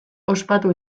ospatu